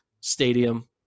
stadium